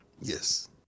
Yes